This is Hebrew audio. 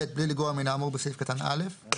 בלי לגרוע מן האמור בסעיף קטן (א),